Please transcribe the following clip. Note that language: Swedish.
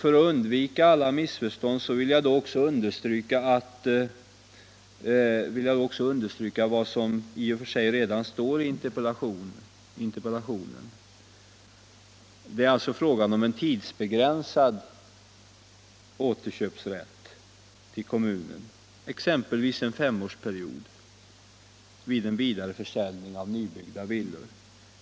För att undvika alla missförstånd vill jag också understryka vad som i och för sig redan står i interpellationen, nämligen att det är fråga om en tidsbegränsad återköpsrätt till kommunen, exempelvis en femårsperiod vid en vidareförsäljning av nybyggda villor.